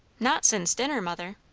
not since dinner, mother?